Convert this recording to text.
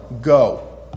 go